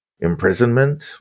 imprisonment